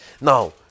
Now